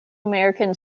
american